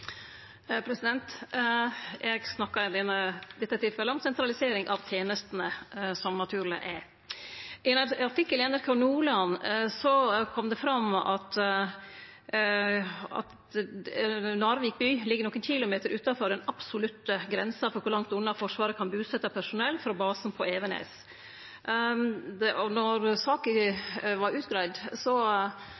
Eg snakkar i dette tilfellet om sentralisering av tenestene som naturleg er. I ein artikkel i NRK Nordland kom det fram at Narvik by ligg nokre kilometer utanfor den absolutte grensa for kor langt unna Forsvaret kan busetje personell frå basen på Evenes. Då saka vart utgreidd vart det ikkje gjort ein full KVU1- og